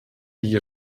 die